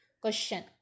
Question